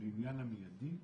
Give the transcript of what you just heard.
לעניין המיידי,